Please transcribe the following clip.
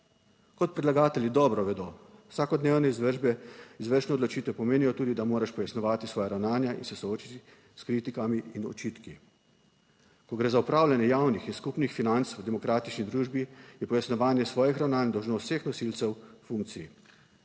Kot predlagatelji dobro vedo, vsakodnevne izvršbe, izvršne odločitve pomenijo tudi, da moraš pojasnjevati svoja ravnanja in se soočiti s kritikami in očitki. Ko gre za opravljanje javnih in skupnih financ. V demokratični družbi je pojasnjevanje svojih ravnanj dolžnost vseh nosilcev funkcij.